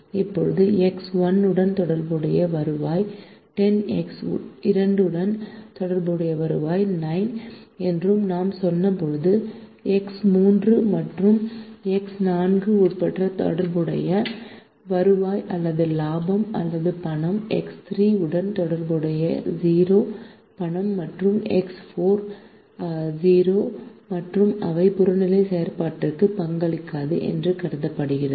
இப்போது எக்ஸ் 1 உடன் தொடர்புடைய வருவாய் 10 எக்ஸ் 2 உடன் தொடர்புடைய வருவாய் 9 என்று நான் சொன்னபோது எக்ஸ் 3 மற்றும் எக்ஸ் 4 உடன் தொடர்புடைய வருவாய் அல்லது லாபம் அல்லது பணம் எக்ஸ் 3 உடன் தொடர்புடைய 0 பணம் மற்றும் எக்ஸ் 4 0 மற்றும் அவை புறநிலை செயல்பாட்டிற்கு பங்களிக்காது என்று கருதப்படுகிறது